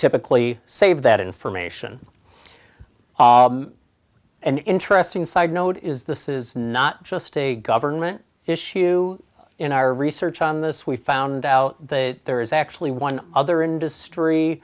typically save that information and interesting side note is this is not just a government issue in our research on this we found out that there is actually one other industry